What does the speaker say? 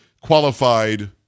qualified